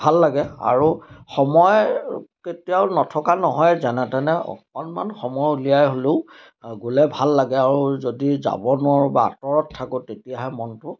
ভাল লাগে আৰু সময় কেতিয়াও নথকা নহয় যেনে তেনে অকণমান সময় উলিয়াই হ'লেও গ'লে ভাল লাগে আৰু যদি যাব নোৱাৰোঁ বা আঁতৰত থাকোঁ তেতিয়াহে মনটো